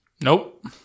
nope